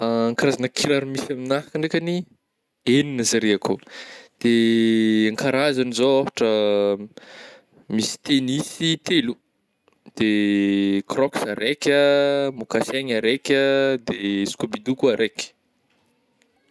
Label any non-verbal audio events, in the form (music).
(hesitation) Karazagna kiraro misy aminah ndraikagny enina zare akao de (hesitation) karazany zao ôhatra (hesitation) misy tenisy telo, de (hesitation) krôksa raika, môkasaigna raika, de (hesitation) skobido koa raiky.